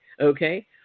okay